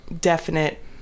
definite